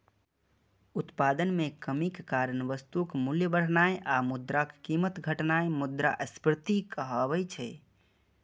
उत्पादन मे कमीक कारण वस्तुक मूल्य बढ़नाय आ मुद्राक कीमत घटनाय मुद्रास्फीति कहाबै छै